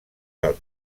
del